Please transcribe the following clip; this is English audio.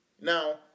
Now